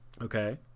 Okay